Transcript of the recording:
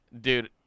Dude